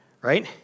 Right